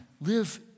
live